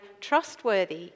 trustworthy